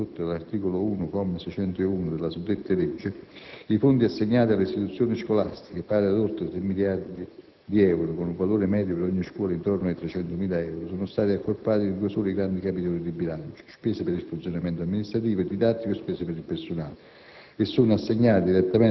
Per effetto delle modifiche introdotte dall'articolo 1, comma 601, della suddetta legge, i fondi assegnati alle istituzioni scolastiche, pari ad oltre 3 miliardi di euro, con un valore medio per ogni scuola intorno ai 300.000 euro, sono stati accorpati in due soli grandi capitoli di bilancio (spese per il funzionamento amministrativo e didattico e spese